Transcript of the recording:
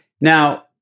Now